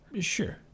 Sure